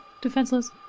defenseless